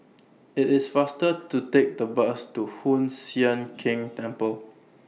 IT IS faster to Take The Bus to Hoon Sian Keng Temple